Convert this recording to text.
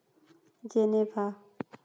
Geneva